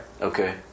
Okay